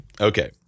Okay